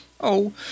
Oh